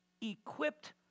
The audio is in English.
equipped